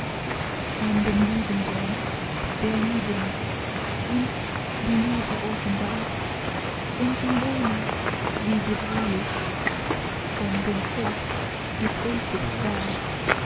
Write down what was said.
an den lieben sohn der liebend uns die liebe offenbart und zum lohne wie gebräuchlich von dem volk gekreuzigt ward